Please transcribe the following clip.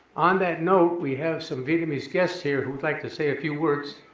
on that note, we have some vietnamese guests here who would like to say a few words,